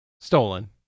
Stolen